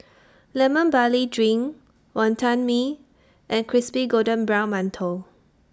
Lemon Barley Drink Wonton Mee and Crispy Golden Brown mantou